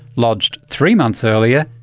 lodged three months earlier,